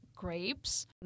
Grapes